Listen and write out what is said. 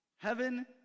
heaven